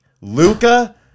Luca